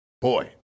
Boy